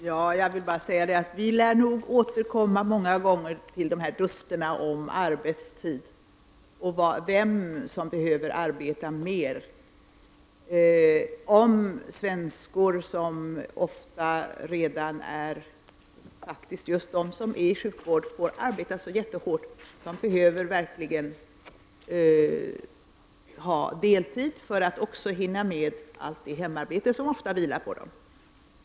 Fru talman! Vi lär nog återkomma till dusterna kring frågan om arbetstid och vilka som behöver arbeta mer. Svenskor som redan arbetar så jättehårt inom sjukvården behöver verkligen ha deltid för att också hinna med allt hemarbete som ofta vilar på dem.